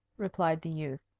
replied the youth.